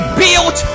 built